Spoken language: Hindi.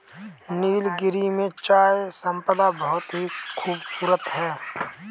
नीलगिरी में चाय संपदा बहुत ही खूबसूरत है